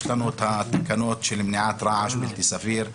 יש לנו את התקנות של מניעת רעש בלתי סביר,